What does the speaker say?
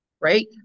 right